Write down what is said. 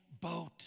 boat